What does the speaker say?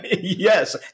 yes